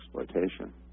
exploitation